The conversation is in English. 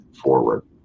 forward